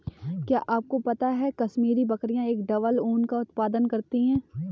क्या आपको पता है कश्मीरी बकरियां एक डबल ऊन का उत्पादन करती हैं?